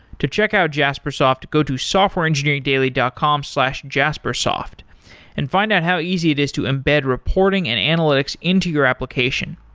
to check out jaspersoft, go to softwareengineeringdaily dot com slash jaspersoft and find out how easy it is to embed reporting and analytics into your application.